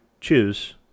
choose